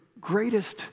greatest